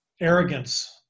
arrogance